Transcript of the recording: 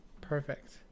Perfect